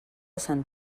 sant